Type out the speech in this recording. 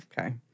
Okay